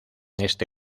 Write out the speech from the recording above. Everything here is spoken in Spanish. este